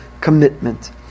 commitment